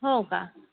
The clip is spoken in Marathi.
हो का